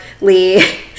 Lee